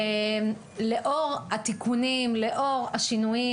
לאור התיקונים, לאור השינויים.